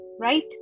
right